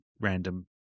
random